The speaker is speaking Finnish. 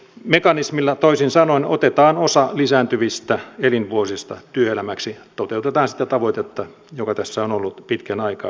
mekanismilla toisin sanoen otetaan osa lisääntyvistä elinvuosista työelämäksi toteutetaan sitä tavoitetta joka tässä on ollut pitkän aikaa pöydällä